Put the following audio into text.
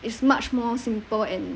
it's much more simple and